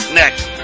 next